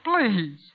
Please